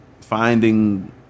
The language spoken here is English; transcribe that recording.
finding